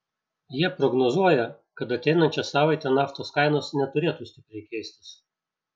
jie prognozuoja kad ateinančią savaitę naftos kainos neturėtų stipriai keistis